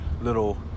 little